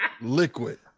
liquid